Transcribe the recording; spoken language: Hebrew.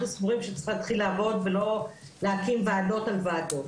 סבורים שצריך להתחיל לעבוד ולא להקים ועדות על ועדות,